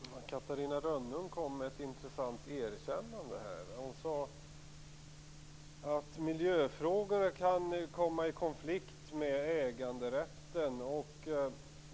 Fru talman! Catarina Rönnung kom med ett intressant erkännande här. Hon sade att miljöfrågorna kan komma i konflikt med äganderätten.